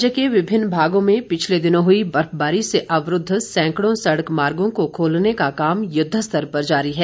राज्य के विभिन्न भागों में पिछले दिनों हुई बर्फबारी से अवरूद्ध सैंकड़ों सड़क मार्गों को खोलने का काम युद्ध स्तर पर जारी है